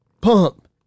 Pump